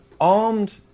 armed